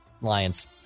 lion's